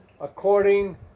according